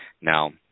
Now